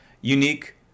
unique